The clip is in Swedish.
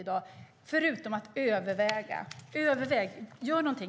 I stället för att överväga - gör någonting!